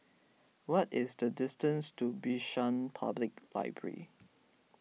what is the distance to Bishan Public Library